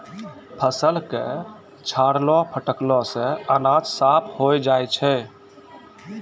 फसल क छाड़ला फटकला सें अनाज साफ होय जाय छै